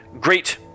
great